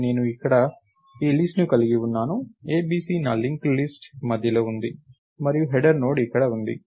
కాబట్టి నేను ఎక్కడో ఈ లిస్ట్ ను కలిగి ఉన్నాను a b c నా లింక్డ్ లిస్ట్ మధ్యలో ఉంది మరియు హెడర్ నోడ్ ఇక్కడ ఉంది